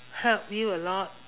help you a lot